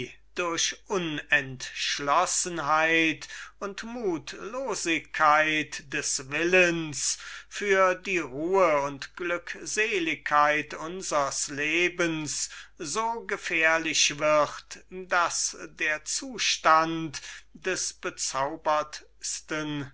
die tugend und religion und also für die ruhe und glückseligkeit unsers lebens wird daß der zustand des